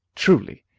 truly!